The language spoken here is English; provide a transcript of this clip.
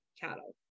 cattle